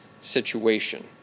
situation